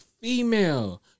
female